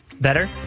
Better